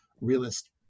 realist